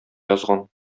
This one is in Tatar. язган